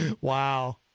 Wow